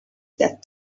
that